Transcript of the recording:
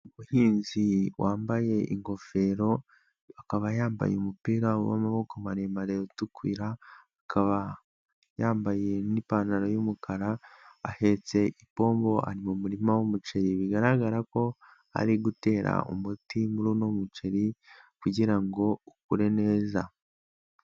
Umuhinzi wambaye ingofero, akaba yambaye umupira w'amaboko maremare utukura, akaba yambaye n'ipantaro y'umukara, ahetse ipombo ari mu muririma w'umuceri bigaragara ko ari gutera umuti muri uwo muceri kugirango ukure neza.